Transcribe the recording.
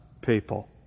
people